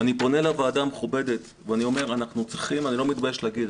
אני פונה אל הוועדה המכובדת ולא מתבייש להגיד: